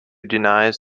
denies